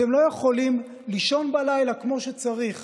אתם לא יכולים לישון בלילה כמו שצריך